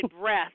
breath